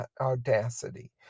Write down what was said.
audacity